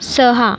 सहा